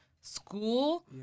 school